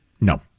No